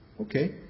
Okay